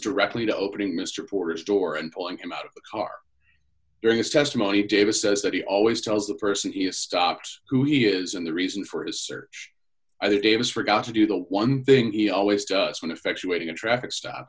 directly to opening mr porter's door and pulling him out of the car during his testimony davis says that he always tells the person he has stopped who he is and the reason for his search davis forgot to do the one thing he always does when effectuating a traffic stop